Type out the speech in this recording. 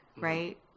right